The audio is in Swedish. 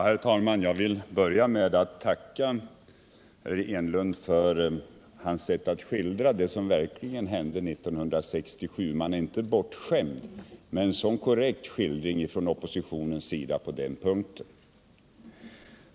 Herr talman! Jag vill börja med att tacka herr Enlund för hans sätt att skildra det som verkligen hände 1967. Man är inte bortskämd med så korrekta skildringar från den dåvarande oppositionens sida på den punkten.